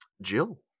Jill